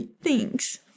Thanks